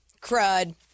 Crud